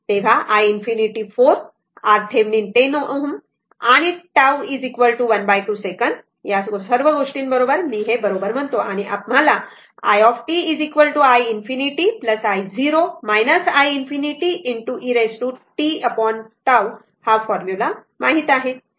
तर i ∞ 4 RThevenin 10 Ω τ 12 second या सर्व गोष्टींबरोबर मी हे बरोबर म्हणतो आणि आम्हाला i t i ∞ i0 i ∞ e tT हा फॉर्म्युला माहित आहे